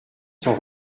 sont